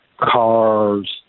cars